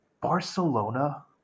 Barcelona